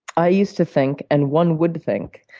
i used to think, and one would think,